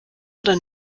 oder